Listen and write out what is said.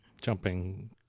jumping